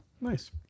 Nice